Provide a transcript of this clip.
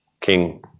King